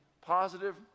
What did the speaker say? positive